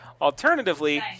Alternatively